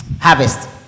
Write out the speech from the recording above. harvest